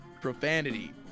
Profanity